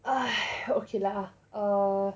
okay lah err